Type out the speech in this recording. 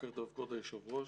בוקר טוב, כבוד היושב-ראש.